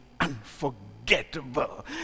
unforgettable